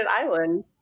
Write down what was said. island